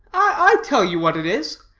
i tell you what it is,